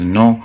no